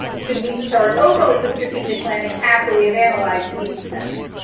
should we start over with the strategic planning after we have analyzed the needs assessment?